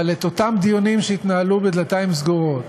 אבל את אותם דיונים שהתנהלו בדלתיים סגורות,